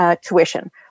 tuition